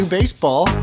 Baseball